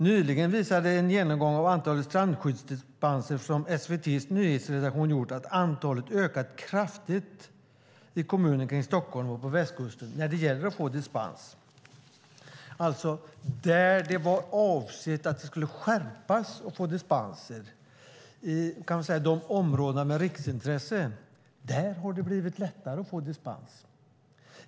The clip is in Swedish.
Nyligen visade en genomgång av antalet strandskyddsdispenser som SVT:s nyhetsredaktion gjort att det ökat kraftigt i kommuner kring Stockholm och på västkusten när det gäller att få dispens. Där det var avsett att möjligheten att få dispens skulle skärpas, i områdena med riksintresse, har det alltså blivit lättare att få dispens.